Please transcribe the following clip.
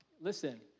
listen